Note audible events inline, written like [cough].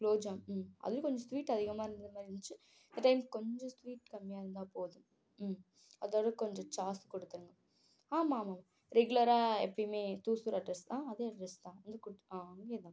குலோப்ஜாம் ம் அதுலையும் கொஞ்சம் ஸ்வீட் அதிகமாக இருந்த மாதிரி இருந்துச்சு இந்த டைம் கொஞ்சம் ஸ்வீட் கம்மியாக இருந்தா போதும் ம் அதோட கொஞ்ச சாஸ் கொடுத்துடுங்க ஆமாம் ரெகுலராக எப்போயுமே தூசூர் அட்ரஸ் தான் அதே அட்ரஸ் தான் [unintelligible]